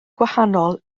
gwahanol